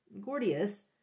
Gordius